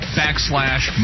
backslash